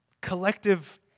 collective